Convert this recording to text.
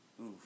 Oof